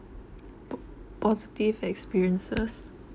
po~ positive experiences